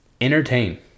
entertain